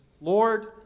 Lord